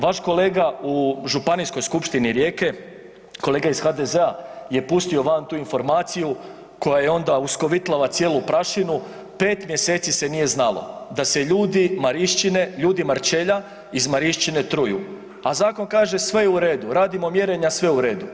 Vaš kolega u županijskoj skupštini Rijeke, kolega iz HDZ-a je pustio van tu informaciju koja je onda uskovitlala cijelu prašinu, 5 mj. se nije znalo da se ljudi Mariščine, ljudi Marčelja iz Mariščine truju a zakon kaže sve je u redu, radimo mjerenja, sve je u redu.